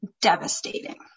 devastating